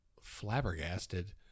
flabbergasted